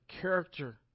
character